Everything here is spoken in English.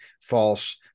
false